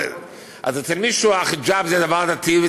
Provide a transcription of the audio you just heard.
אצל מישהו החיג'אב זה דבר דתי,